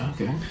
Okay